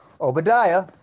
Obadiah